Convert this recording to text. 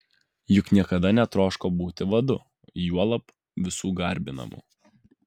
juk niekada netroško būti vadu juolab visų garbinamu